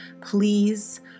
Please